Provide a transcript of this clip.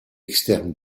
externe